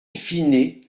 fine